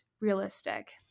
realistic